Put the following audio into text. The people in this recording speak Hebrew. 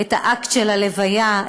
את האקט של הלוויה,